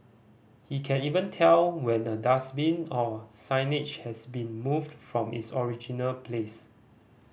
he can even tell when a dustbin or signage has been moved from its original place